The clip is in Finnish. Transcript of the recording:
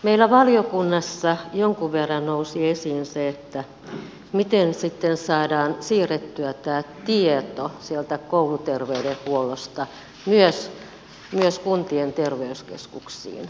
meillä valiokunnassa jonkun verran nousi esiin se miten sitten saadaan siirrettyä tämä tieto sieltä kouluterveydenhuollosta myös kuntien terveyskeskuksiin